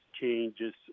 changes